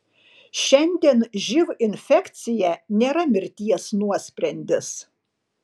šiandien živ infekcija nėra mirties nuosprendis